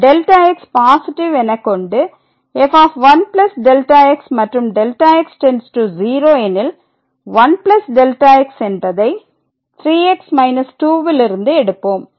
Δx positive எனக்கொண்டு f1Δx மற்றும் Δx→0 எனில் 1Δx என்பதை 3x 2 லிருந்து எடுப்போம்